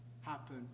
happen